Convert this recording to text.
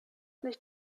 nicht